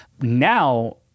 Now